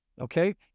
okay